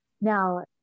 Now